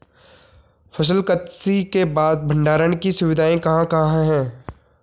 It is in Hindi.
फसल कत्सी के बाद भंडारण की सुविधाएं कहाँ कहाँ हैं?